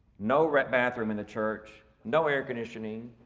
no rent bathroom in the church, no air conditioning,